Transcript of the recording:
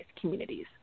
communities